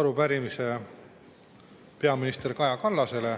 arupärimise peaminister Kaja Kallasele.